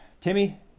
Timmy